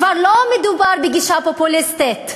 כבר לא מדובר בגישה פופוליסטית,